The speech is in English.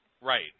Right